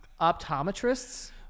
Optometrists